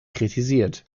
kritisiert